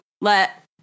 let